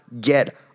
get